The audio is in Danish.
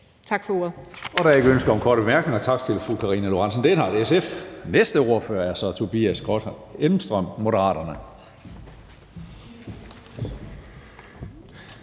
(Karsten Hønge): Der er ikke ønske om korte bemærkninger. Tak til fru Karina Lorentzen Dehnhardt, SF. Næste ordfører er så hr. Tobias Grotkjær Elmstrøm, Moderaterne.